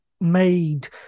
made